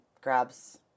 grabs